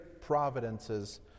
providences